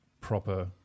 proper